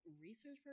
research